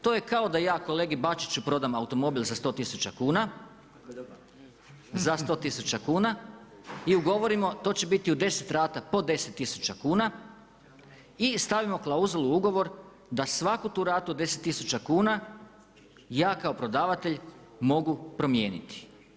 To je kao da ja kolegi Bačiću prodam automobil za 100 000 kuna i ugovorimo to će biti u 10 rata po 10 000 kuna i stavimo klauzulu u ugovor da svaku tu ratu od 10 000 kuna ja kao prodavatelj mogu promijeniti.